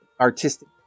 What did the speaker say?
artistic